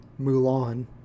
mulan